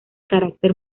carácter